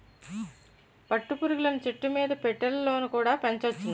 పట్టు పురుగులను చెట్టుమీద పెట్టెలలోన కుడా పెంచొచ్చును